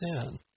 sin